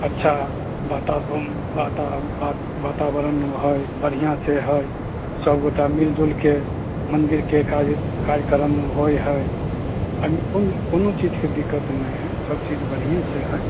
अच्छा बाताबरण बाता बाताबरण हए बढ़िआँ से हए सबगोटा मिलजुलके मन्दिरके काज कार्यक्रम होयत हए अभी कोन कोनो चीजके दिक्कत नहि हए सब चीज बढ़िआँ से हए